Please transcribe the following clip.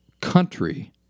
country